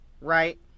right